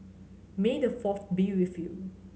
may the Fourth be with you